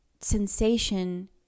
sensation